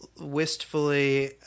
wistfully